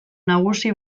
nagusi